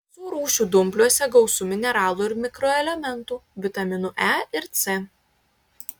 visų rūšių dumbliuose gausu mineralų ir mikroelementų vitaminų e ir c